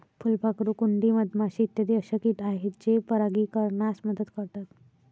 फुलपाखरू, कुंडी, मधमाशी इत्यादी अशा किट आहेत जे परागीकरणास मदत करतात